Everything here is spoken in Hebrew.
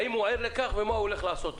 האם הוא ער לכך ומה הוא הולך לעשות.